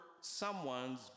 someone's